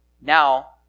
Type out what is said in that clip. Now